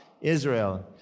Israel